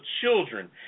children